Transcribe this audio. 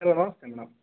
hello ನಮಸ್ತೆ madam